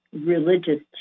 religious